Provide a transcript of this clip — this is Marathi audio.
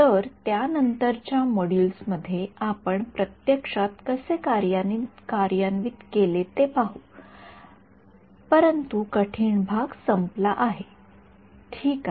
तर त्यानंतरच्या मॉड्यूल्स मध्ये आपण प्रत्यक्षात कसे कार्यान्वित केले ते पाहू परंतु कठीण भाग संपला आहे मी ठीक आहे